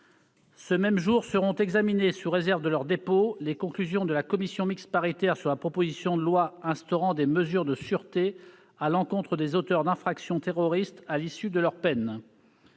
Ce même jour seront examinées, sous réserve de leur dépôt, les conclusions de la commission mixte paritaire sur la proposition de loi instaurant des mesures de sûreté à l'encontre des auteurs d'infractions terroristes à l'issue de leur peine.